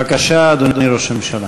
בבקשה, אדוני ראש הממשלה.